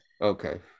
okay